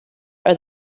are